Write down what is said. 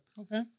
Okay